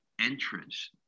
entrance